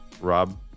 Rob